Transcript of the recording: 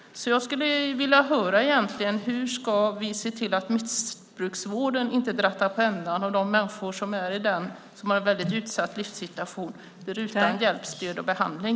Jag skulle alltså vilja höra hur vi ska se till att missbruksvården inte drattar på ändan och hur vi ska se till att de människor som är i den och har en väldigt utsatt situation inte blir utan hjälp, stöd och behandling.